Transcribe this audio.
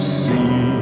see